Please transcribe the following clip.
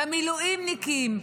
במילואימניקים,